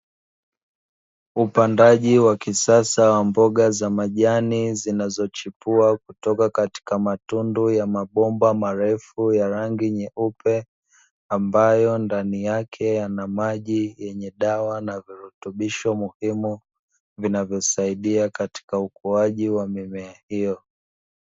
Upandaji wa kisasa wa mboga za majani zinazochipua kutoka katika matundu ya mabomba marefu ya rangi nyeupe, ambayo ndani yake yana maji yenye dawa na virutubisho muhimu vinavyosaidia katika ukuaji wa mimea hiyo.